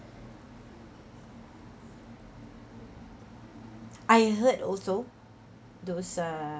I heard also those uh